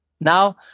Now